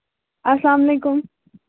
اَسلام علیکُم